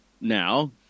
now